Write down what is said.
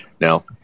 now